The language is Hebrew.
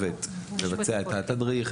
מחויבת: לבצע את התדריך,